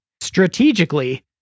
strategically